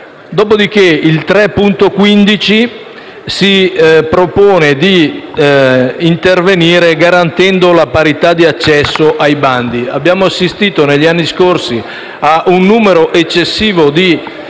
L'emendamento 3.15 si propone di intervenire garantendo la parità di accesso ai bandi. Abbiamo assistito, negli anni scorsi, a un numero eccessivo di